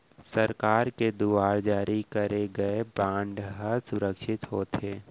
सरकार के दुवार जारी करे गय बांड हर सुरक्छित होथे